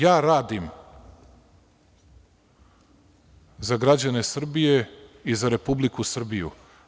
Ja radim za građane Srbije i za Republiku Srbiju.